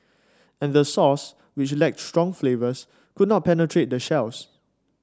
and the sauce which lacked strong flavours could not penetrate the shells